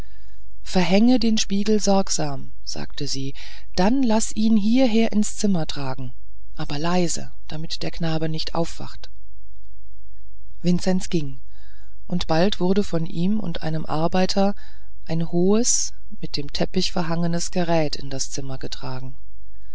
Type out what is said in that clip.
verhänge den spiegel sorgsam sagte sie dann laß ihn hierher ins zimmer tragen aber leise damit der knabe nicht erwacht vinzenz ging und bald wurde von ihm und einem arbeiter ein hohes mit dem teppich verhangenes gerät in das zimmer getragen